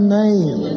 name